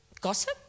gossip